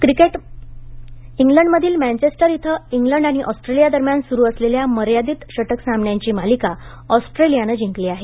cricket इंग्लंडमधील Manchester इथं England आणि ऑस्ट्रेलिया दरम्यान सुरु असलेल्या मर्यादित षटक सामन्यांची मालिका ऑस्ट्रेलियानं जिंकली आहे